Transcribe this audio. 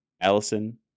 Allison